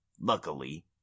Luckily